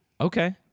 Okay